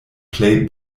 plej